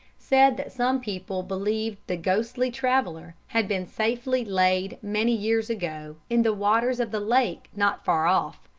said that some people believed the ghostly traveller had been safely laid many years ago in the waters of the lake not far off.